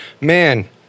Man